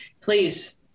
please